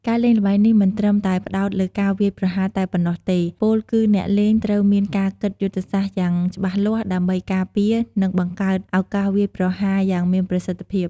ការលេងល្បែងនេះមិនត្រឹមតែផ្តោតលើការវាយប្រហារតែប៉ុណ្ណោះទេ ពោលគឺអ្នកលេងត្រូវមានការគិតយុទ្ធសាស្ត្រយ៉ាងច្បាស់លាស់ ដើម្បីការពារ និងបង្កើតឱកាសវាយប្រហារយ៉ាងមានប្រសិទ្ធភាព។